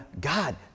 God